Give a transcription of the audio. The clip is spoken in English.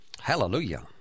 hallelujah